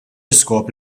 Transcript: iskop